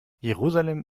jerusalem